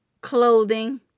clothing